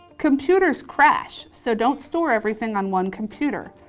computers crash, so don't store everything on one computer.